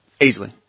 easily